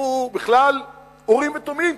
שהוא בכלל אורים ותומים,